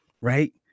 right